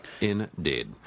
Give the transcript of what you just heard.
indeed